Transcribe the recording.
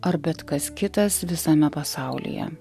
ar bet kas kitas visame pasaulyje